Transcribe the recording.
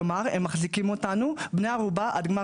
כלומר הם מחזיקים אותנו בני ערובה עד גמר